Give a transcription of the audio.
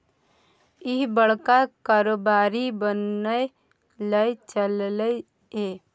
इह बड़का कारोबारी बनय लए चललै ये